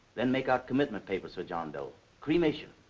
then make out commitment papers for john doe. cremation.